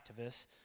activists